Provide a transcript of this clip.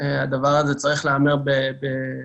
הדבר הזה צריך להיאמר בגלוי.